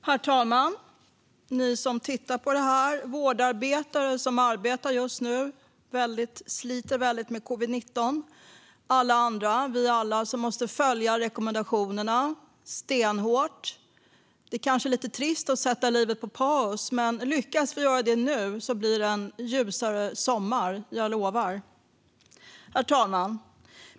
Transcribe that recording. Herr talman, ni som tittar på detta, vårdarbetare som just nu arbetar och sliter väldigt med covid-19, alla vi andra som måste följa rekommendationerna stenhårt! Det kanske är lite trist att sätta livet på paus, men lyckas vi göra det nu blir det en ljusare sommar - jag lovar. Herr talman!